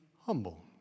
humble